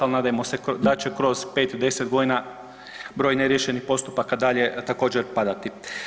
Ali nadajmo se da će kroz 5, 10 godina broj neriješenih postupaka dalje također padati.